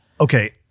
Okay